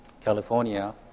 California